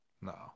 No